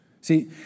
See